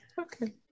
Okay